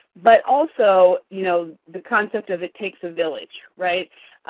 but also, you know, the concept of it takes a village, right?